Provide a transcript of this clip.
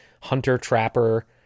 hunter-trapper